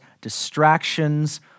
distractions